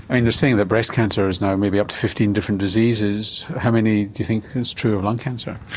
and you're saying that breast cancer is now maybe up to fifteen different diseases, how many do you think is true of lung cancer?